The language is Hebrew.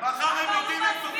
מחר הם הולכים, כל הנורבגים.